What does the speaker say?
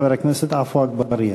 חבר הכנסת עפו אגבאריה.